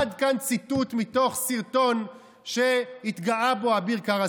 עד כאן ציטוט מתוך סרטון שהתגאה בו אביר קארה,